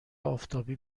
آفتابی